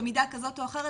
במידה כזאת או אחרת,